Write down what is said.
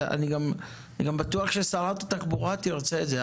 אני גם בטוח ששרת תחבורה תרצה את זה.